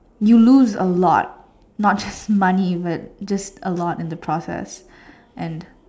you lose a lot not just money even just a lot in the process and